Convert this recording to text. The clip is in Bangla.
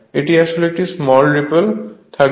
এটিতে একটি স্মল রিপেল থাকবে